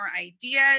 ideas